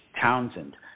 Townsend